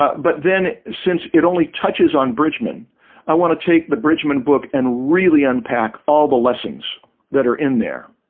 but then since it only touches on bridgman i want to take the bridgman book and really unpack all the lessons that are in there